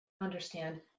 understand